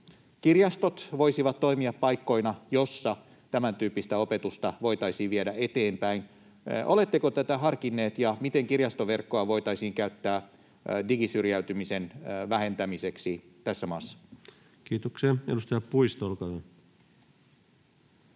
kirjastot voisivat toimia paikkoina, joissa tämän tyyppistä opetusta voitaisiin viedä eteenpäin. Oletteko tätä harkinneet, ja miten kirjastoverkkoa voitaisiin käyttää digisyrjäytymisen vähentämiseksi tässä maassa? Kiitoksia. — Edustaja Puisto, olkaa hyvä.